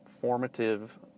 formative